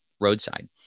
roadside